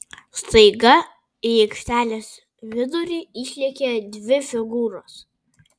staiga į aikštelės vidurį išlėkė dvi figūros